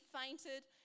fainted